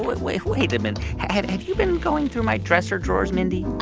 wait, wait, wait a minute. have have you been going through my dresser drawers, mindy?